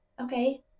okay